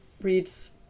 reads